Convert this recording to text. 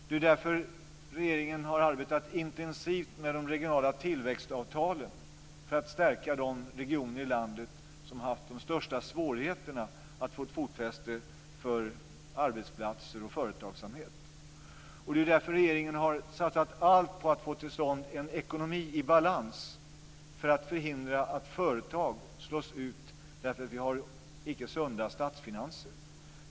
Det är därför regeringen har arbetat intensivt med de regionala tillväxtavtalen för att stärka de regioner i landet som har haft de största svårigheterna att få ett fotfäste för arbetsplatser och företagsamhet. Det är därför regeringen har satsat allt för att få till stånd en ekonomi i balans för att förhindra att företag slås ut på grund av icke sunda statsfinanser.